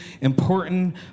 important